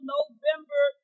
November